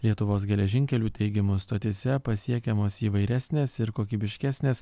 lietuvos geležinkelių teigimu stotyse pasiekiamos įvairesnės ir kokybiškesnės